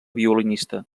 violinista